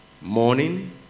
morning